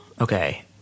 Okay